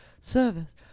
service